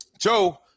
Joe